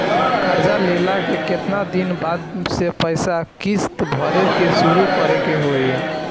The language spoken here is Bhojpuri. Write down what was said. कर्जा लेला के केतना दिन बाद से पैसा किश्त भरे के शुरू करे के होई?